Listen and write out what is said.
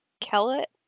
Kellett